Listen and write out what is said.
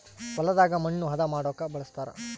ಹೊಲದಾಗ ಮಣ್ಣು ಹದ ಮಾಡೊಕ ಬಳಸ್ತಾರ